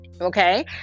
okay